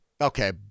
Okay